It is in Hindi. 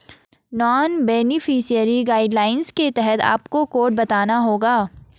नॉन बेनिफिशियरी गाइडलाइंस के तहत आपको कोड बताना होगा